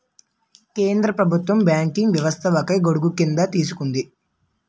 కేంద్ర ప్రభుత్వం బ్యాంకింగ్ వ్యవస్థను ఒకే గొడుగుక్రిందికి తీసుకొచ్చింది